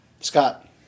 Scott